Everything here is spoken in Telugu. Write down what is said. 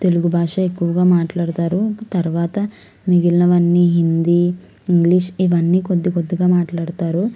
తెలుగు భాష ఎక్కువగా మాట్లాడతారు తర్వాత మిగిలనవన్నీ హిందీ ఇంగ్లీష్ ఇవన్నీ కొద్దీ కొద్దిగా మాట్లాడుతారు